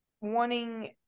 wanting